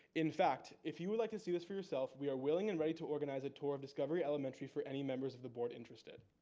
in fact, if you would like to see this for yourself, we are willing and ready to organize a tour of discovery elementary for any members of the board interested.